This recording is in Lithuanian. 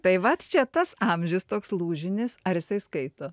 tai va čia tas amžius toks lūžinis ar jisai skaito